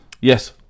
Yes